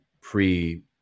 pre